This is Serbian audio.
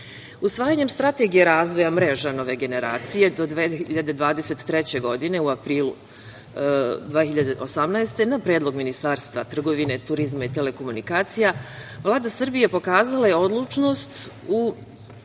zdravstvo. Usvajanjem Strategije razvoja mreža nove generacije do 2023. godine, u aprilu 2018. godine, na predlog Ministarstva trgovine, turizma i telekomunikacija Vlada Srbije pokazala je odlučnost za